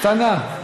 הקטנה.